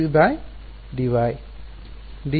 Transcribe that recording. ವಿದ್ಯಾರ್ಥಿ d dy